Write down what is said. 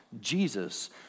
Jesus